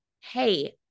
Hey